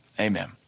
Amen